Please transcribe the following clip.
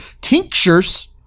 tinctures